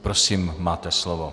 Prosím, máte slovo.